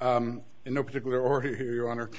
in no particular order here on earth